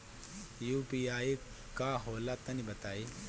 इ यू.पी.आई का होला तनि बताईं?